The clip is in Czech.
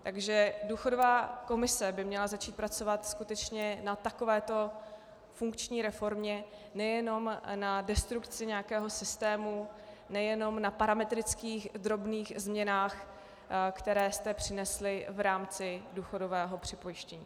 Takže důchodová komise by měla začít pracovat skutečně na takovéto funkční reformě, nejenom na destrukci nějakého systému, nejenom na parametrických drobných změnách, které jste přinesli v rámci důchodového připojištění.